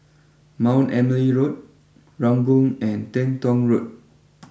Mount Emily Road Ranggung and Teng Tong Road